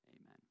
Amen